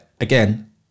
again